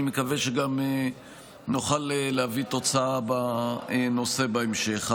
אני מקווה שגם נוכל להביא תוצאה בנושא בהמשך.